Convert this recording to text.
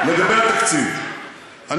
לגבי התקציב,